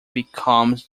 becomes